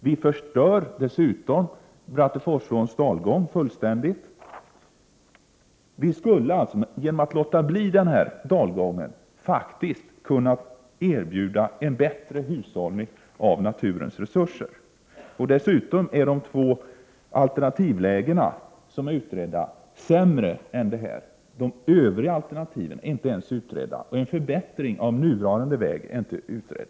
Vi förstör dessutom fullständigt Bratteforsåns dalgång. Genom att låta bli att exploatera den dalgången kunde vi ha erbjudit en bättre hushållning med naturens resurser. Dessutom är de två alternativa lägen som är utredda sämre än detta. Övriga alternativ är inte ens utredda. Inte heller en förbättring av den nuvarande vägen är utredd.